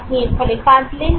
আপনি এর ফলে কাঁদলেন